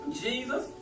Jesus